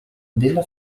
della